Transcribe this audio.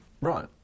Right